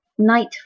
Night